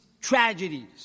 tragedies